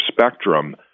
spectrum